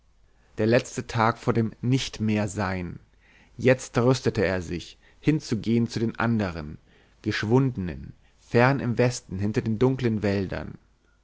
der letzte tag vor dem nichtmehrsein jetzt rüstete er sich hinzugehen zu den anderen geschwundenen fern im westen hinter den dunklen wäldern